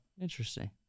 Interesting